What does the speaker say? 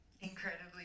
Incredibly